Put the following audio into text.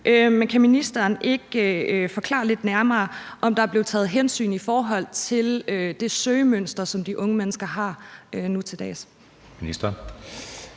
Men kan ministeren ikke forklare lidt nærmere, om der er blevet taget hensyn i forhold til det søgemønster, som de unge mennesker har nu til dags? Kl.